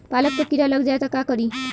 पालक पर कीड़ा लग जाए त का करी?